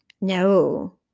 No